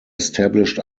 established